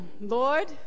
Lord